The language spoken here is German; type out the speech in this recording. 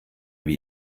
wie